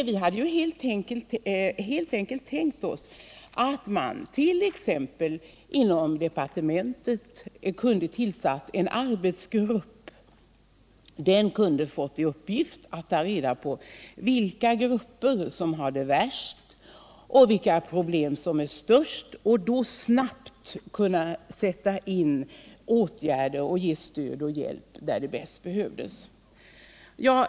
Vi hade helt enkelt tänkt oss att man t.ex. inom departementet kunde ha tillsatt en arbetsgrupp. Den kunde ha fått i uppgift att ta reda på vilka grupper som har det värst och vilka problem som är störst, för att man sedan snabbt skulle kunna sätta in åtgärder och ge stöd och hjälp där det bäst behövs.